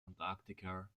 antarctica